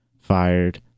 fired